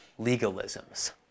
legalisms